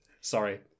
Sorry